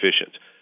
efficient